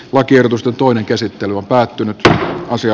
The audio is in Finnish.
lakiehdotusta toinen käsittely on äänestänyt